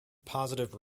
positive